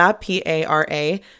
P-A-R-A